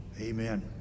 amen